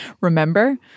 remember